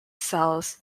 cells